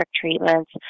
treatments